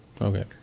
Okay